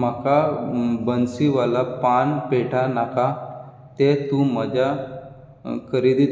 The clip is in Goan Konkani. म्हाका बन्सीवाला पान पेठा नाका तें तूं म्हज्या खरेदी